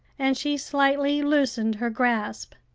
and she slightly loosened her grasp.